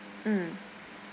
mm